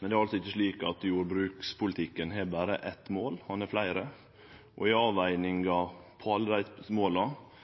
men det er ikkje slik at jordbrukspolitikken har berre eitt mål, han har fleire, og i avveginga av alle dei måla